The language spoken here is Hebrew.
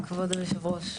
כבוד היושב-ראש,